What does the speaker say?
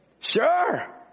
Sure